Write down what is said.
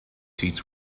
seats